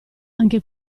anche